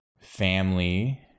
family